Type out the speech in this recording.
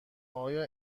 آیا